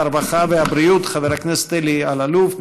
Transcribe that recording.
הרווחה והבריאות חבר הכנסת אלי אלאלוף,